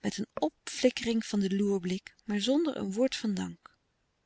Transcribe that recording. met een opflikkering van den loerblik maar zonder een woord van dank